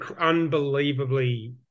unbelievably